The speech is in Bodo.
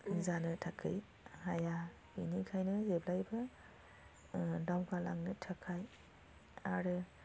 जानो थाखाय हाया बेनिखायनो जेब्लायबो दावगालांनो थाखाय आरो